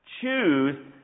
Choose